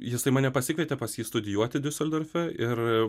jisai mane pasikvietė pas jį studijuoti diuseldorfe ir